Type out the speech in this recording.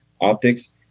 optics